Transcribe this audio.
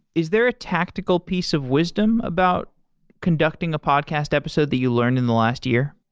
is there a tactical piece of wisdom about conducting a podcast episode the you learned in the last year?